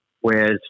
Whereas